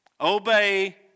Obey